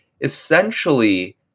essentially